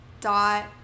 dot